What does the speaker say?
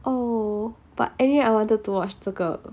oh but anyway I wanted to watch 这个